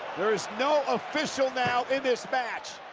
there is no official now in this match.